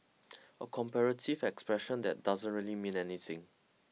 a comparative expression that doesn't really mean anything